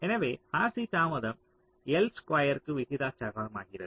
எனவே RC தாமதம் L ஸ்குயர்க்கு விகிதாசாரமாகிறது